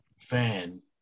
fan